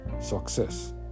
success